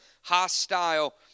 hostile